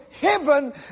heaven